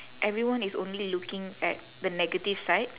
everyone is only looking at the negative side